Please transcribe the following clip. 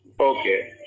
okay